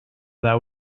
that